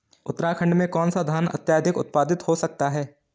उत्तराखंड में कौन सा धान अत्याधिक उत्पादित हो सकता है?